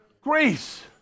grace